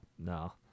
No